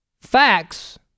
facts